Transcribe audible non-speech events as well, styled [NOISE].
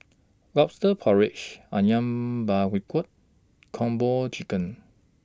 Lobster Porridge Ayam Buah [UNINTELLIGIBLE] Kung Po Chicken